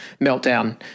meltdown